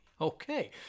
Okay